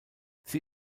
sie